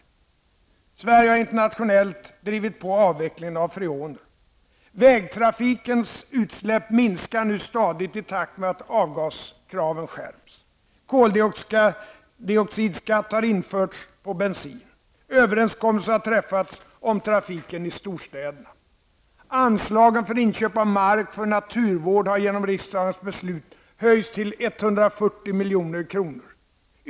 Sverige har internationellt drivit på avvecklingen av freoner. Vägtrafikens utsläpp minskar nu stadigt i takt med att avgaskraven skärps. Koldioxidskatt har införts på bensin. Överenskommelse har träffats om trafiken i storstäderna.